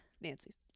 Nancy's